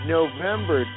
November